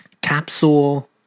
Capsule